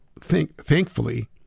thankfully